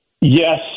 Yes